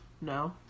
No